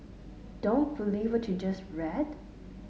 don't believe what you just read